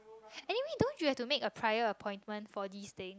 anyway don't you have to make a prior appointment for this things